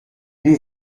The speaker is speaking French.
nous